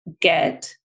get